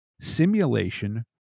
simulation